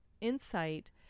insight